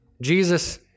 Jesus